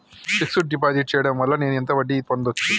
Fix డ్ deposit చేయటం వల్ల నేను ఎంత వడ్డీ పొందచ్చు?